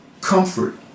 comfort